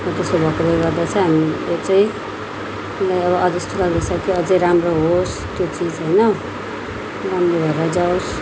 त्यसो भएकोले गर्दा चाहिँ हामी त्यो चाहिँ अब जस्तो लाग्दैछ त्यो अझ राम्रो होस् त्यो चिज होइन राम्रो भएर जावोस्